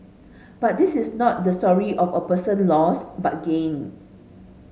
but this is not the story of a person loss but gain